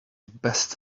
best